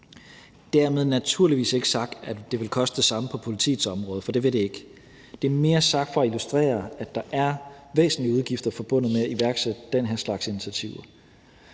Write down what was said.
Dermed naturligvis ikke sagt, at det vil koste det samme på politiets område, for det vil det ikke. Det er mere sagt for at illustrere, at der er væsentlige udgifter forbundet med at iværksætte den her slags initiativer.